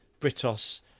Britos